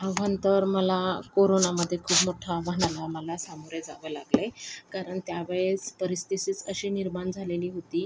आव्हान तर मला कोरोनामध्ये खूप मोठ्या आव्हानाला मला सामोरे जावे लागले कारण त्यावेळेस परिस्थितीच अशी निर्माण झालेली होती